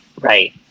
Right